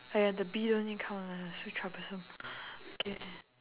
!aiya! the bee don't need count lah so troublesome K